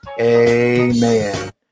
Amen